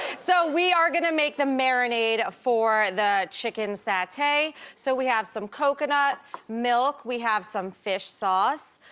so we are gonna make the marinade for the chicken satay. so we have some coconut milk. we have some fish sauce.